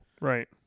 right